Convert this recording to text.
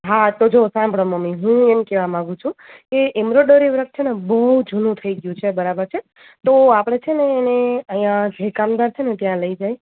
હા તો જુઓ સાંભળો મમ્મી હું એમ કહેવા માગું છું કે એમરોડરી વર્ક છે ને બહુ જૂનું થઈ ગયું છે બરાબર છે તો આપણે છે ને એને અહીંયા જે કામદાર છે ને ત્યાં લઈ જઈએ